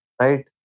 Right